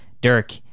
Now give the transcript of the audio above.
dirk